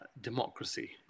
democracy